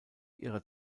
ihrer